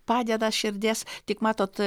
padeda širdies tik matot